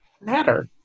matter